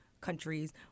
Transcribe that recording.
countries